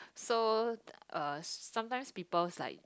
so uh sometimes people's like